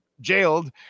jailed